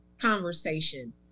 conversation